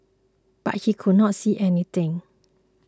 but he could not see anything